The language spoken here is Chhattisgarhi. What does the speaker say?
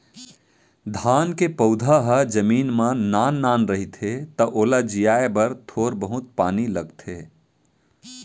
धान के पउधा ह जमीन म नान नान रहिथे त ओला जियाए बर थोर बहुत पानी लगथे